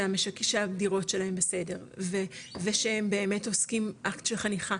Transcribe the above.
לראות שהדירות שלהם בסדר ושהם באמת עוסקים באקט של חניכה,